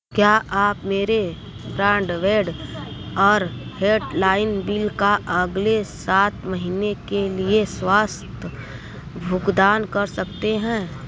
क्या आप मेरे ब्रॉडबैंड और लैंडलाइन बिल का अगले सात महीनें के लिए स्वतः भुगतान कर सकते हैं